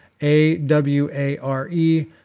A-W-A-R-E